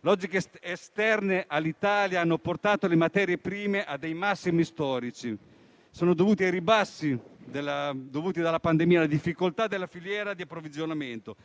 Logiche esterne all'Italia hanno portato le materie prime a dei massimi storici, a causa della pandemia, delle difficoltà delle filiere di approvvigionamento